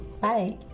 bye